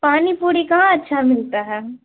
پانی پوڑی کہاں اچھا ملتا ہے